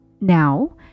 Now